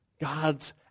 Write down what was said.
God's